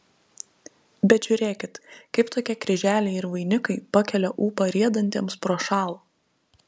bet žiūrėkit kaip tokie kryželiai ir vainikai pakelia ūpą riedantiems prošal